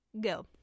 Go